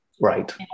Right